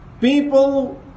people